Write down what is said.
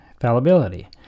fallibility